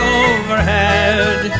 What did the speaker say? overhead